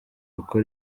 uko